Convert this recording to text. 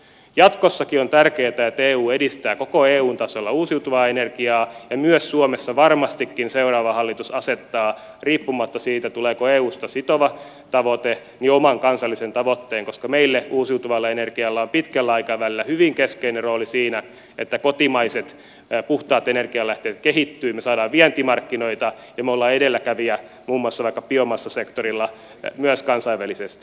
jatkossakin on tärkeätä että eu edistää koko eun tasolla uusiutuvaa energiaa ja myös suomessa varmastikin seuraava hallitus asettaa riippumatta siitä tuleeko eusta sitova tavoite oman kansallisen tavoitteen koska meille uusiutuvalla energialla on pitkällä aikavälillä hyvin keskeinen rooli siinä että kotimaiset puhtaat energialähteet kehittyvät me saamme vientimarkkinoita ja me olemme edelläkävijä vaikka biomassasektorilla myös kansainvälisesti